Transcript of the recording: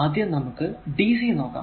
ആദ്യം നമുക്ക് dc നോക്കാം